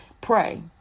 pray